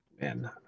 Man